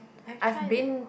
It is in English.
I've try the